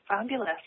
Fabulous